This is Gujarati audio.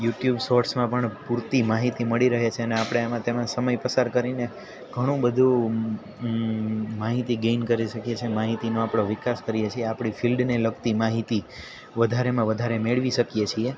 યુટ્યુબ શોર્ટ્સમાં પણ પૂરતી માહિતી મળી રહે છેને આપણે એમાં તેમાં સમય પસાર કરીને ઘણુંબધું માહિતી ગેઇન કરી શકીએ છીએ માહિતીનો આપણો વિકાસ કરીએ છીએ આપણી ફિલ્ડને લગતી માહિતી વધારેમાં વધારે મેળવી શકીએ છીએ